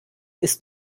ist